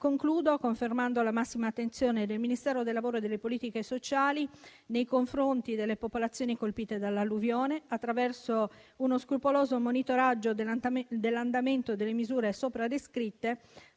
Concludo confermando la massima attenzione del Ministero del lavoro e delle politiche sociali nei confronti delle popolazioni colpite dall'alluvione attraverso uno scrupoloso monitoraggio dell'andamento delle misure sopra descritte,